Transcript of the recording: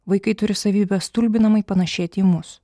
vaikai turi savybę stulbinamai panašėti į mus